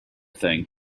thing